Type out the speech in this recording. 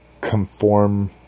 Conform